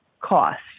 cost